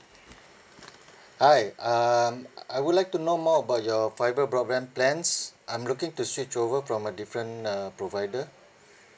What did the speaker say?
hi um I I would like to know more about your fibre broadband plans I'm looking to switch over from a different uh provider